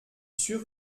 sûre